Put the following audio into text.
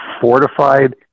fortified